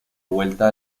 vuelta